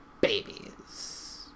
babies